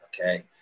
okay